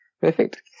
Perfect